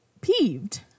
peeved